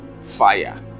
fire